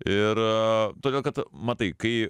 ir todėl kad matai kai